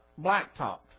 blacktopped